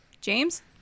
james